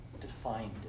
defined